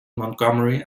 montgomery